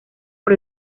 por